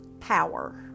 power